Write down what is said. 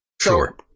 Sure